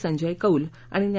संजय कौल आणि न्या